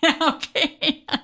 Okay